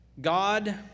God